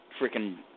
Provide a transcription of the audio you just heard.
Freaking